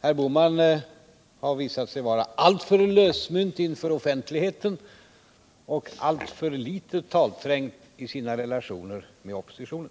Herr Bohman har visat sig vara alltför lösmynt inför offentligheten och alltför litet talträngd i sina relationer med oppositionen.